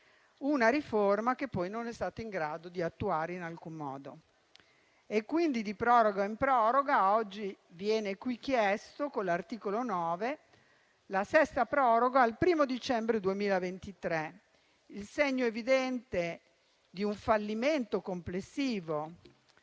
una riforma che poi non è stato in grado di attuare in alcun modo. Quindi, di proroga in proroga, oggi si arriva, con l'articolo 9, alla sesta proroga, al 1° dicembre 2023. È il segno evidente di un fallimento complessivo